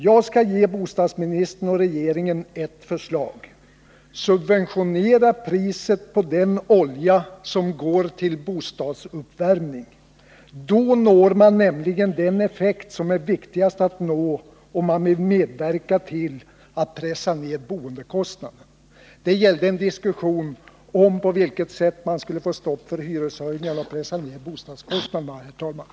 Jag skall ge bostadsministern och regeringen ett förslag: Subventionera priset på den olja som går till bostadsuppvärmning! Då når man nämligen den effekt som är viktigast att nå, om man vill medverka till att pressa ned boendekostnaderna.” Den diskussion som det då gällde avsåg på vilket sätt man skulle få stopp för hyreshöjningar och pressa ned bostadskostnaderna, herr talman.